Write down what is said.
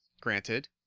granted